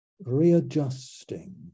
readjusting